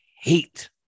hate